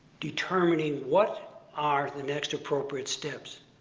determining what are the next appropriate steps.